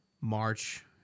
March